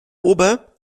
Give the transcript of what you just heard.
ober